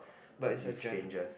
with strangers